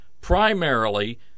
primarily